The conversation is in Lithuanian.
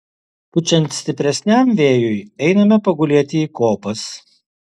pučiant stipresniam vėjui einame pagulėti į kopas